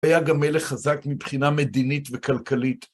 היה גם מלך חזק מבחינה מדינית וכלכלית.